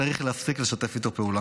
צריך להפסיק לשתף איתו פעולה.